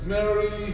Mary